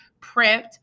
prepped